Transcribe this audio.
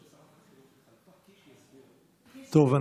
טוב,